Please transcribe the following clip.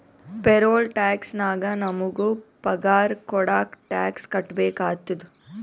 payroll tax ನಾಗ್ ನಮುಗ ಪಗಾರ ಕೊಡಾಗ್ ಟ್ಯಾಕ್ಸ್ ಕಟ್ಬೇಕ ಆತ್ತುದ